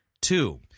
Two